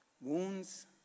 wounds